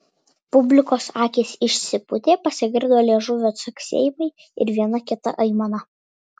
publikos akys išsipūtė pasigirdo liežuvio caksėjimai ir viena kita aimana